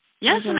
Yes